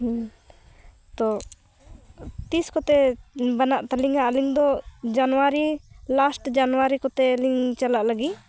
ᱦᱮᱸ ᱛᱚ ᱛᱤᱥ ᱠᱚᱛᱮ ᱵᱟᱱᱟᱜ ᱛᱟᱹᱞᱤᱧᱟ ᱟᱹᱞᱤᱧ ᱫᱚ ᱡᱟᱱᱩᱣᱟᱨᱤ ᱞᱟᱥᱴ ᱡᱟᱱᱩᱣᱟᱨᱤ ᱠᱚᱛᱮ ᱞᱤᱧ ᱪᱟᱞᱟᱜ ᱞᱟᱹᱜᱤᱫ